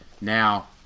Now